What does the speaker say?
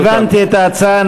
הבנתי את ההצעה.